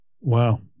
Wow